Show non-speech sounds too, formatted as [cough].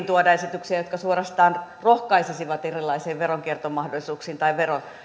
[unintelligible] tuoda esityksiä jotka suorastaan rohkaisisivat erilaisiin veronkiertomahdollisuuksiin tai